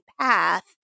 path